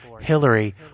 Hillary